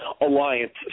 alliance